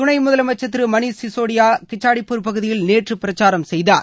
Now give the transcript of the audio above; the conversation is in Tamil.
துணை முதலமைச்சர் திரு மணிஷ் சிசோடியா கிச்சாடிப்பூர் பகுதியில் நேற்று பிரச்சாரம் செய்தார்